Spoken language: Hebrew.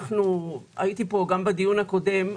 הייתי פה גם בדיון הקודם,